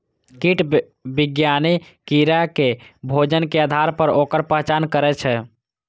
कीट विज्ञानी कीड़ा के भोजन के आधार पर ओकर पहचान करै छै